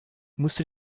musste